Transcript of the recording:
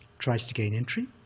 tries to gain entry,